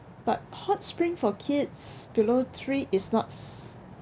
but hot spring for kids below three is not